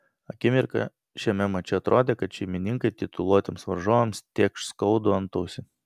akimirką šiame mače atrodė kad šeimininkai tituluotiems varžovams tėkš skaudų antausį